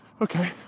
Okay